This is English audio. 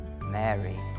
Mary